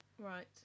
Right